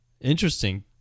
interesting